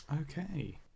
Okay